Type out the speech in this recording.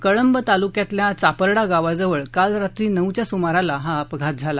कळंब तालुक्यात चापर्डा गावाजवळ काल रात्री नऊच्या सुमाराला हा अपघात झाला